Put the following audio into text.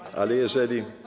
Ale jeżeli.